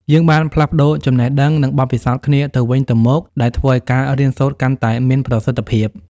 យើងបានផ្លាស់ប្តូរចំណេះដឹង និងបទពិសោធន៍គ្នាទៅវិញទៅមកដែលធ្វើឲ្យការរៀនសូត្រកាន់តែមានប្រសិទ្ធភាព។